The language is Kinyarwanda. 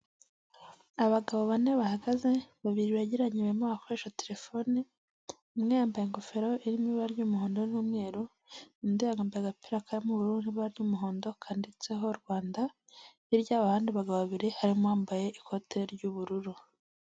Iyi ni inzu y'ubwishingizi ahangaha uraza bakaguheza ubwishingizi. Ugashinganisha ibikorwa byawe, ugashinganisha amazu yawe, ugashinganisha umuryango wawe n'abana bawe.